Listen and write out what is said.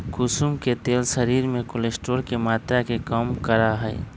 कुसुम के तेल शरीर में कोलेस्ट्रोल के मात्रा के कम करा हई